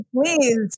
please